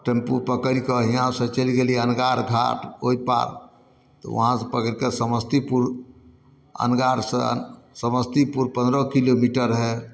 tempo पकड़ि कऽ इहाँसँ चलि गेली अनगार घाट ओइ पार तऽ उहाँसँ पकड़िकऽ समस्तीपुर अनगारसँ समस्तीपुर पन्द्रह किलोमीटर हइ